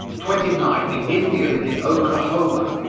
twenty nine. the indian in oklahoma.